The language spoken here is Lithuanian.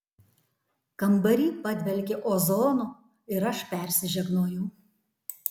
kambary padvelkė ozonu ir aš persižegnojau